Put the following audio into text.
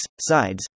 sides